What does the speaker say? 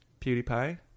PewDiePie